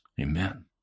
Amen